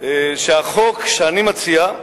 החוק שאני מציע,